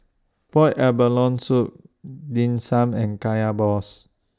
boiled abalone Soup Dim Sum and Kaya Balls